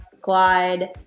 Glide